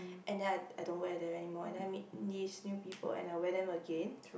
and then I I don't wear them anymore and then I meet these new people and then I wear them again